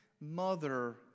mother